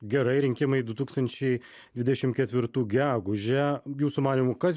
gerai rinkimai du tūkstančiai dvidešimt ketvirtų gegužę jūsų manymu kas